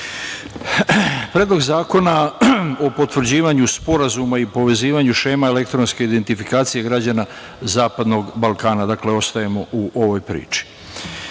Predlog zakona o potvrđivanju Sporazuma i povezivanju šema elektronske identifikacije građana Zapadnog Balkana. Dakle, ostajemo u ovoj priči. Kao